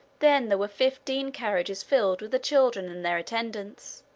then there were fifteen carriages filled with the children and their attendants,